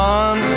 on